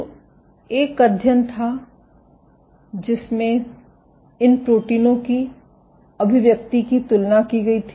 तो एक अध्ययन था जिसमें इन प्रोटीनों की अभिव्यक्ति की तुलना की गई थी